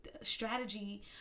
strategy